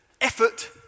effort